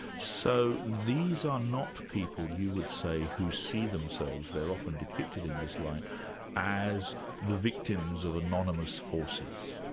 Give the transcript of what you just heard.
so these are not people you would say who see themselves they're often depicted in this light as the victims of anonymous forces.